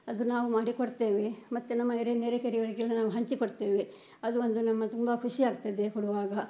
ಅದು ನಾವು ಮಾಡಿಕೊಡ್ತೇವೆ ಮತ್ತೆ ನಮ್ಮ ಎರೆ ನೆರೆಕೆರೆಯವ್ರಿಗೆಲ್ಲಾ ನಾವು ಹಂಚಿಕೊಡ್ತೇವೆ ಅದು ಒಂದು ನಮ್ಮ ತುಂಬ ಖುಷಿಯಾಗ್ತದೆ ಕೊಡುವಾಗ